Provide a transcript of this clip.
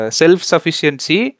self-sufficiency